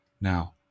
Now